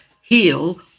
heal